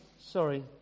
sorry